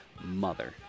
Mother